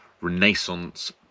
Renaissance